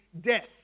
death